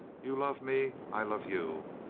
you love me. i love you.